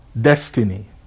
destiny